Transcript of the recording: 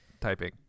typing